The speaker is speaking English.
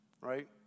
right